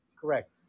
Correct